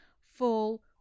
fall